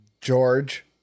George